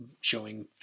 showing